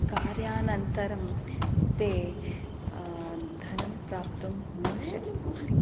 कार्यानन्तरं ते धनं प्राप्तुं न शक्नोति